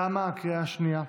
תמה הקריאה השנייה.